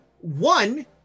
One